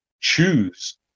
choose